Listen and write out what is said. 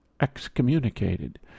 excommunicated